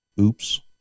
Oops